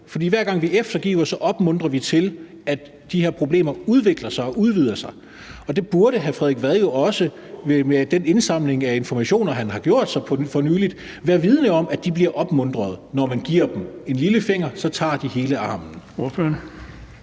for hver gang vi er eftergivende, opmuntrer vi til, at de her problemer udvikler sig og udvider sig. Det burde hr. Frederik Vad jo også med den indsamling af informationer, han har foretaget for nylig, være vidende om, altså at de bliver opmuntret. Når man giver dem en lillefinger, tager de hele armen.